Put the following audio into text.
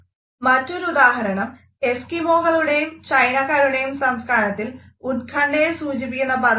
മറ്റൊരു ഉദാഹരണം എസ്കിമോകളുടെയും ചൈനക്കാരുടേയും സംസ്കാരത്തിൽ ഉത്കണ്ഠയെ സൂചിപ്പിക്കുന്ന പദം ഇല്ല